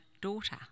daughter